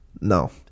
No